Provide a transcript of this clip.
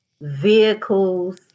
vehicles